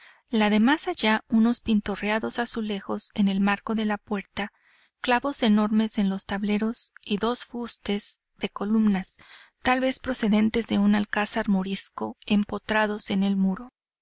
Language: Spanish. la de más allá unos pintorreados azulejos en el marco de la puerta clavos enormes en los tableros y dos fustes de columnas tal vez procedentes de un alcázar morisco empotrados en el muro